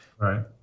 Right